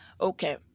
Okay